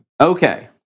Okay